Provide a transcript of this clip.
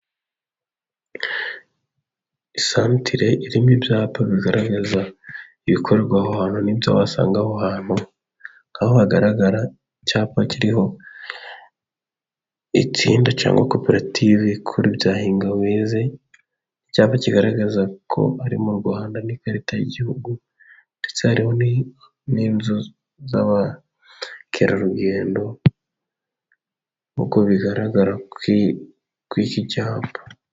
Isantire irimo ibyapa bigaragaza ibikorwaho hano, n'ibyo wasanga aho hantu, hagaragara icyapa kiriho ikindi cyangwa koperative ikora ibya hinga weze, icyapa kigaragaza ko ari mu Rwanda n'ikarita y'igihugu, ndetse hari n'inzu z'abakerarugendo nk'uko bigaragara kw'iki cyapa.